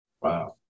Wow